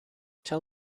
tell